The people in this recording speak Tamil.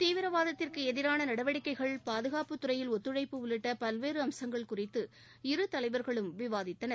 தீவிரவாதத்திற்கு எதிரான நடவடிக்கைகள் பாதுகாப்புத் துறையில் ஒத்துழைப்பு உள்ளிட்ட பல்வேறு அம்சங்கள் குறித்து இரு தலைவர்களும் விவாதித்தனர்